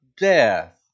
death